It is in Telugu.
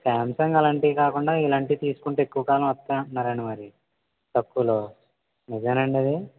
స్యామ్సంగ్ అలాంటీవి కాకుండా ఇలాంటివి తీసుకుంటే ఎక్కువ కాలం వస్తాయి అంటున్నారండి మరి తక్కువలో నిజమేనండది